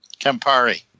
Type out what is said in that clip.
Campari